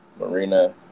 Marina